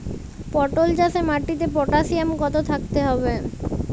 পটল চাষে মাটিতে পটাশিয়াম কত থাকতে হবে?